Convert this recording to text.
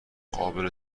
قابل